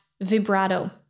vibrato